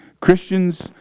Christians